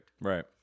Right